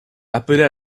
appelez